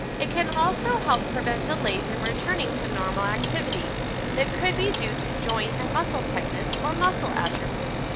it can also help prevent delays in returning to normal activity that could be due to joint and muscle tightness or muscle atrophy.